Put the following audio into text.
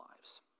lives